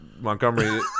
Montgomery